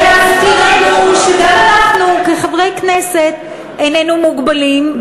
גם אנחנו כחברי כנסת איננו מוגבלים,